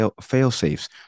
fail-safes